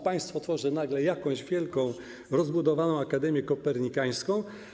Państwo tworzy nagle jakąś wielką, rozbudowaną Akademię Kopernikańską.